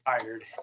tired